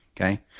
Okay